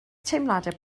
teimladau